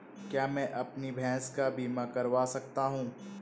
क्या मैं अपनी भैंस का बीमा करवा सकता हूँ?